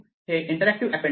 हे interactive append आहे